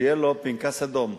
שיהיה לו פנקס אדום.